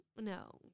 No